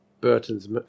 Burton's